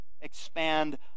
expand